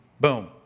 Boom